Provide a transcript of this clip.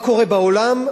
מה קורה בעולם?